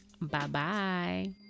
Bye-bye